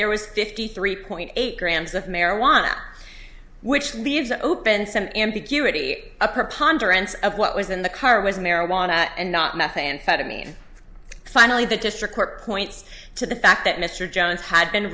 there was fifty three point eight grams of marijuana which leaves open some ambiguity a perp hondurans of what was in the car was marijuana and not meth amphetamine finally the district court points to the fact that mr jones